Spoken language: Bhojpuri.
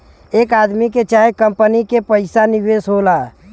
एक आदमी के चाहे कंपनी के पइसा निवेश होला